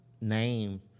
name